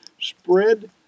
spread